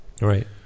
Right